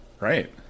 Right